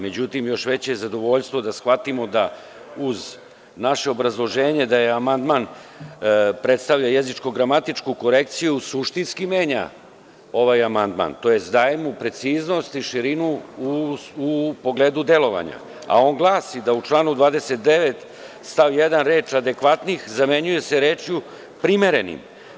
Međutim, još veće je zadovoljstvo da shvatimo da, uz naše obrazloženje, amandman predstavlja jezičko-gramatičku korekciju i suštinski menja ovaj amandman, tj. daje mu preciznost i širinu u pogledu delovanja, a on glasi da u članu 29. stav 1. reč: „adekvatnih“, zamenjuje se rečju: „primerenim“